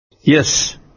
Yes